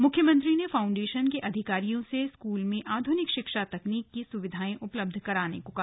मुख्यमंत्री ने फाउंडेशन के अधिकारियों से स्कूल में आधुनिक शिक्षा तकनीक की सुविधाएं उपलब्ध कराने को भी कहा